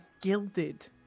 gilded